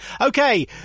Okay